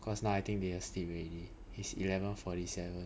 cause now I think they're asleep already it's eleven forty seven